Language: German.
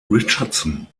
richardson